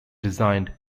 designed